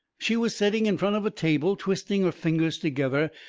she was setting in front of a table, twisting her fingers together,